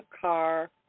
car